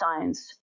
science